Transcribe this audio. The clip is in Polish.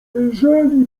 jeżeli